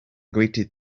greeted